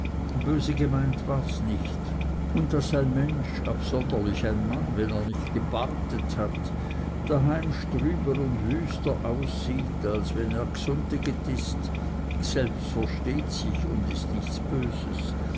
böse gemeint wars nicht und daß ein mensch absonderlich ein mann wenn er nicht gebartet hat daheim strüber und wüster aussieht als wenn er gsunntiget ist selb versteht sich und ist nichts böses